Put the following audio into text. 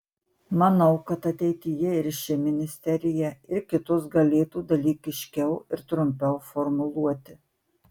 manau kad ateityje ir ši ministerija ir kitos galėtų dalykiškiau ir trumpiau formuluoti